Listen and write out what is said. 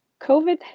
COVID